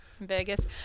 Vegas